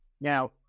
Now